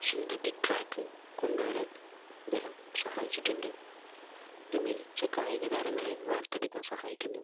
synthetic track കൊണ്ടുവരാൻ അദ്ദേഹം സഹായിച്ചിട്ടുണ്ട് അത് മികച്ച കായിക താരങ്ങളെ വാർത്തെടുക്കാൻ സഹായിക്കുന്നു